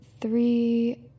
three